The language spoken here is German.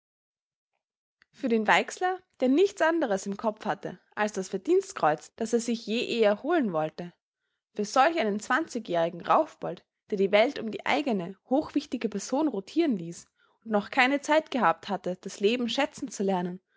für den weixler der nichts anderes im kopf hatte als das verdienstkreuz das er sich je eher holen wollte für solch einen zwanzigjährigen raufbold der die welt um die eigene hochwichtige person rotieren ließ und noch keine zeit gehabt hatte das leben schätzen zu lernen